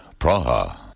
Praha